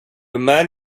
man